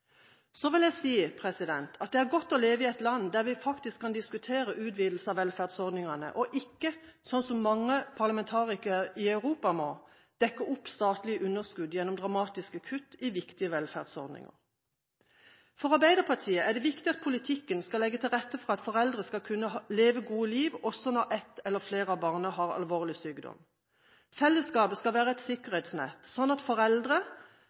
Det er godt å leve i et land der vi faktisk kan diskutere utvidelse av velferdsordningene og ikke – slik mange parlamentarikere i Europa må gjøre – må dekke opp statlige underskudd gjennom dramatiske kutt i viktige velferdsordninger. For Arbeiderpartiet er det viktig at politikken skal legge til rette for at foreldre skal kunne leve gode liv også når ett eller flere av barna har alvorlig sykdom. Fellesskapet skal være et sikkerhetsnett, slik at foreldre